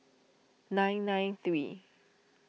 nine nine three